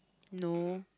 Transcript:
no